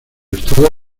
estado